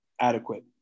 adequate